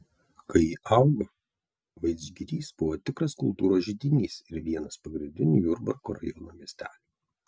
kai ji augo vadžgirys buvo tikras kultūros židinys ir vienas pagrindinių jurbarko rajono miestelių